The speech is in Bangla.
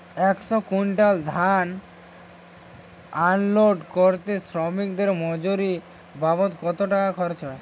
একশো কুইন্টাল ধান আনলোড করতে শ্রমিকের মজুরি বাবদ কত টাকা খরচ হয়?